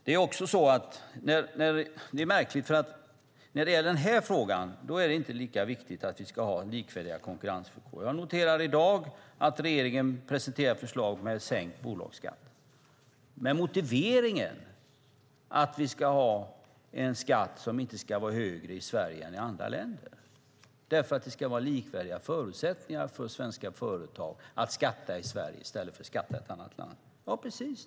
Det är märkligt: När det gäller den här frågan är det inte lika viktigt att vi ska ha likvärdiga konkurrensvillkor. Jag noterade i dag att regeringen presenterade ett förslag om sänkt bolagsskatt, med motiveringen att skatten i Sverige inte ska vara högre än i andra länder; det ska för svenska företag vara likvärdiga förutsättningar oavsett om man skattar i Sverige eller i ett annat land. Ja, precis!